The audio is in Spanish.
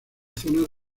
zonas